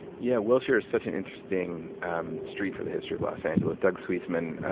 yeah wilshire is such an interesting um street for the history of los angeles. doug suisman,